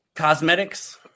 cosmetics